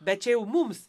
bet čia jau mums